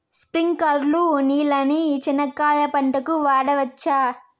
స్ప్రింక్లర్లు నీళ్ళని చెనక్కాయ పంట కు వాడవచ్చా?